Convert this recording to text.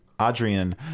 Adrian